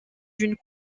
une